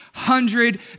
hundred